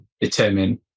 determine